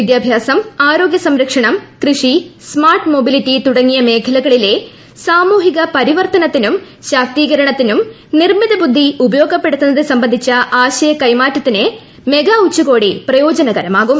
വിദ്യാഭ്യാസം ആരോഗ്യസംരക്ഷണം കൃഷി സ്മാർട്ട് മൊബിലിറ്റി തുടങ്ങിയ മേഖലകളിലെ സാമൂഹിക പരിവർത്തനത്തിനും ശാക്തീകരണത്തിനും നിർമിതബുദ്ധി ഉപയോഗപ്പെടുത്തുന്നത് സംബന്ധിച്ച ആശയകൈമാറ്റത്തിന് മെഗാ ഉച്ചകോടി പ്രയോജനകരമാകും